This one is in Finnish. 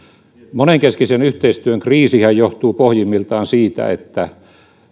monenkeskisen yhteistyön kriisihän johtuu pohjimmiltaan siitä että